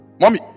Mommy